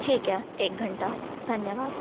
ठीक है एक घंटा धन्यवाद